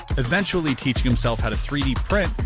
eventually teaching himself how to three d print,